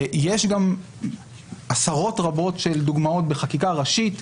יש גם עשרות רבות של דוגמאות בחקיקה ראשית.